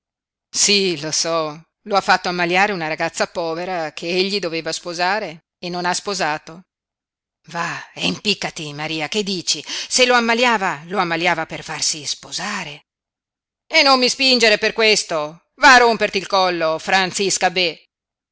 sí lo so lo ha fatto ammaliare una ragazza povera che egli doveva sposare e non ha sposato va e impiccati maria che dici se lo ammaliava lo ammaliava per farsi sposare e non mi spingere per questo va a romperti il collo franzisca bè